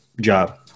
job